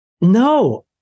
No